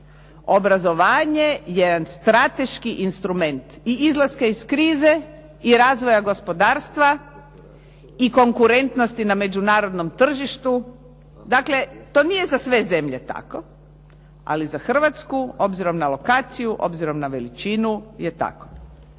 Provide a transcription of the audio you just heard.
obrazovanje jedan strateški instrument i izlaska iz krize i razvoja gospodarstva i konkurentnosti na međunarodnom tržištu. Dakle, to nije za sve zemlje tako, ali za Hrvatsku obzirom na lokaciju, obzirom na veličinu je tako.